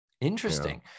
Interesting